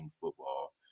football